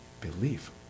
Belief